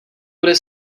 bude